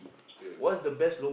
yes